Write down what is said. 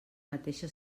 mateixa